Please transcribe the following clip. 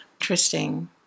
interesting